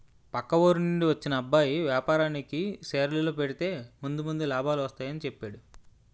పక్క ఊరి నుండి వచ్చిన అబ్బాయి వేపారానికి షేర్లలో పెడితే ముందు ముందు లాభాలు వస్తాయని చెప్పేడు